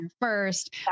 first